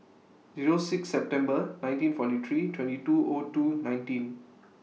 Zero six September nineteen forty three twenty two O two nineteen